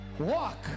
Walk